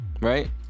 right